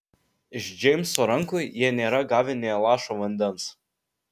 iš džeimso rankų jie nėra gavę nė lašo vandens